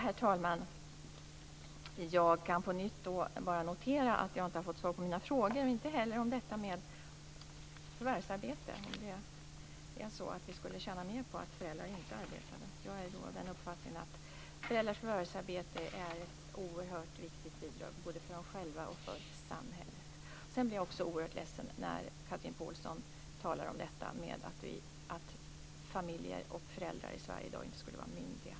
Fru talman! Jag kan på nytt bara notera att jag inte har fått svar på mina frågor, inte heller på frågan om vi skulle tjäna mer på att föräldrar inte förvärvsarbetade. Jag är nog av den uppfattningen att föräldrars förvärvsarbete är ett oerhört viktigt bidrag både för dem själva och för samhället. Jag blir oerhört ledsen när Chatrine Pålsson talar om att familjer och föräldrar i Sverige i dag inte skulle vara myndiga.